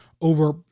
over